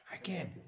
again